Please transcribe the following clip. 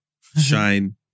Shine